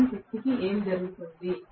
మిగిలిన శక్తికి ఏమి జరుగుతుంది